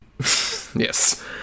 Yes